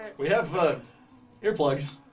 ah we have earplugs.